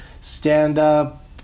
stand-up